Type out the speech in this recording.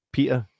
Peter